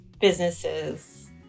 businesses